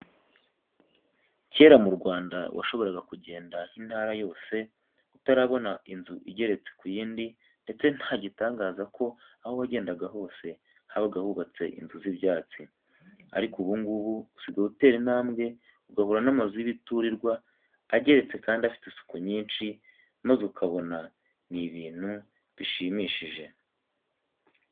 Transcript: Kera mu Rwanda washoboraga kugenda intara yose utarabona inzu igeretse ku yindi ndetse nta gitangaza ko aho wagendaga hose habaga hubatse inzu z'ibyatsi, ariko ubu ngubu usigaye utera intambwe ugahura n'amazu y'imiturirwa ageretse kandi afite isuku nyinshi maze ukabona ni ibintu bishimishije.